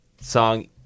song